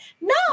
No